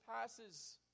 passes